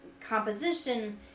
composition